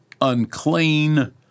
unclean